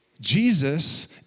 Jesus